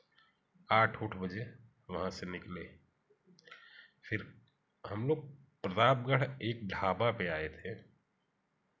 आठ ऊठ बजे वहाँ से निकले फिर हम लोग प्रतापगढ़ एक ढाबा पर आए थे